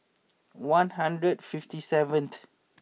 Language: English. one hundred and fifty seventh